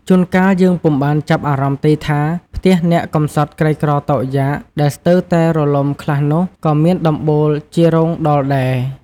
ជួន កាលយើងពុំបានចាប់អារម្មណ៍ទេថា ផ្ទះអ្នកកំសត់ក្រីក្រតោកយ៉ាក ដែលស្ទើរតែរលំខ្លះនោះ ក៏មានដំបូលជារោងដោលដែរ ។